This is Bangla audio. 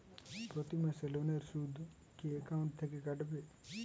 প্রতি মাসে লোনের সুদ কি একাউন্ট থেকে কাটবে?